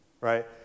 right